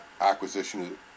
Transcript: acquisition